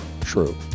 true